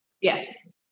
Yes